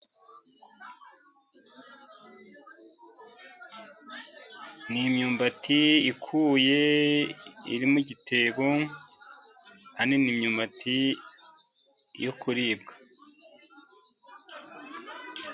Ni imyumbati ikuye iri mu gitebo, kandi ni imyumbati yo kuribwa.